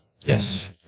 yes